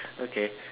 okay